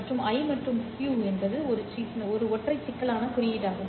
மற்றும் IQ என்பது ஒரு ஒற்றை சிக்கலான குறியீட்டு இடமாகும்